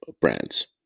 brands